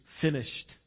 finished